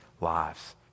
Lives